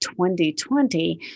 2020